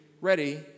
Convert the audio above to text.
ready